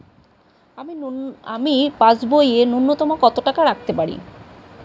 আমি পাসবইয়ে ন্যূনতম কত টাকা রাখতে পারি?